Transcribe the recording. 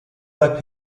bei